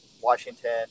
Washington